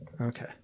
Okay